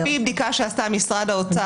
לפי בדיקה שעשה משרד האוצר